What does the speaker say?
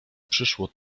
przyszło